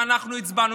אנחנו הצבענו,